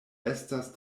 estas